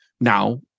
Now